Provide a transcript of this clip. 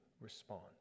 respond